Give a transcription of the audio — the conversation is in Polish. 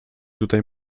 tutaj